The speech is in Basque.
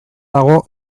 dago